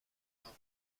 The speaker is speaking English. album